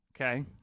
okay